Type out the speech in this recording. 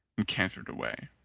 and cantered away.